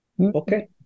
Okay